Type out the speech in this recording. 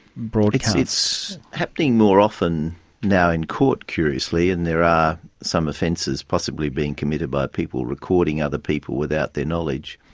broadcast? it's happening more often now in court, curiously, and there are some offences possibly being committed by people recording other people without their knowledge.